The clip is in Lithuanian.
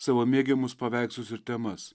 savo mėgiamus paveikslus ir temas